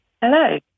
Hello